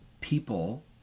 people